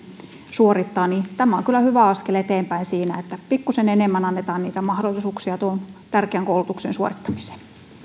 suorittaa niin tämä on kyllä hyvä askel eteenpäin siinä että pikkuisen enemmän annetaan niitä mahdollisuuksia tuon tärkeän koulutuksen suorittamiseen